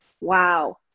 wow